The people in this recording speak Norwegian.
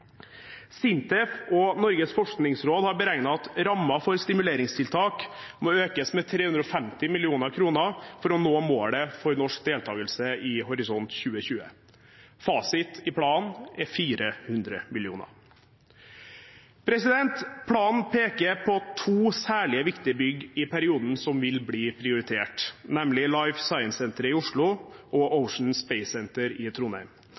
SINTEF og Norges forskningsråd har beregnet at rammen for stimuleringstiltak må økes med 350 mill. kr for å nå målet for norsk deltakelse i Horisont 2020. Fasit i planen er 400 mill. kr. Planen peker på to særlig viktige bygg i perioden som vil bli prioritert, nemlig Life Science-senteret i Oslo og Ocean Space Centre i Trondheim.